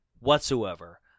whatsoever